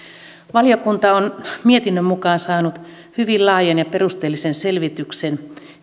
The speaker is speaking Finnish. valiokunta on mietinnön mukaan saanut hyvin laajan ja perusteellisen selvityksen